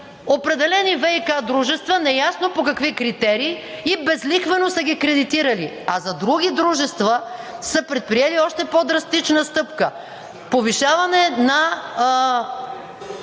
определени ВиК дружества, неясно по какви критерии, и безлихвено са ги кредитирали! А за други дружества са предприели още по-драстична стъпка – повишаване на